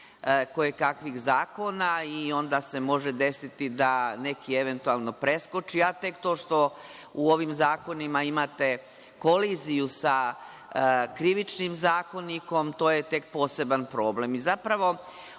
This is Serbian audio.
kojekakvih zakona i onda se može desiti da neki eventualno preskoči, a tek to što u ovim zakonima imate koliziju sa Krivičnim zakonikom, to je tek poseban problem.